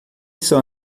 são